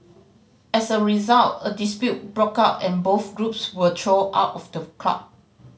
as a result a dispute broke out and both groups were thrown out of the club